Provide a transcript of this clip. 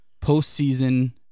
postseason